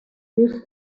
دوست